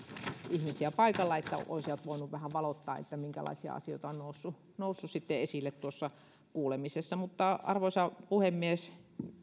ihmisiä paikalla että olisivat voineet vähän valottaa minkälaisia asioita on noussut noussut esille tuossa kuulemisessa mutta arvoisa puhemies